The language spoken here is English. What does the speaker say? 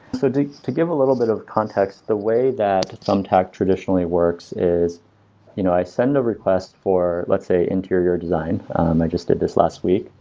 so to give a little bit of context, the way that thumbtack traditionally works is you know i send a request for, let's say interior design. um i just did this last week.